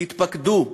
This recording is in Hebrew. תתפקדו,